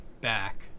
back